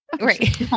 Right